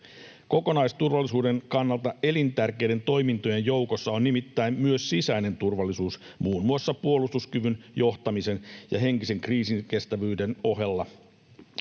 Kokonaisturvallisuuden kannalta elintärkeiden toimintojen joukossa on nimittäin myös sisäinen turvallisuus muun muassa puolustuskyvyn, johtamisen ja henkisen kriisinkestävyyden ohella.